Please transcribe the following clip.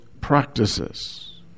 practices